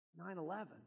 9-11